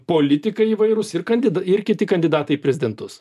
politikai įvairūs ir kandi ir kiti kandidatai į prezidentus